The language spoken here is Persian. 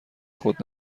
خود